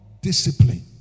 discipline